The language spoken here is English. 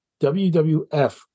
WWF